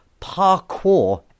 parkour